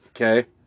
okay